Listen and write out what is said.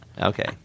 Okay